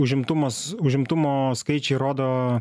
užimtumas užimtumo skaičiai rodo